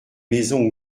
maisons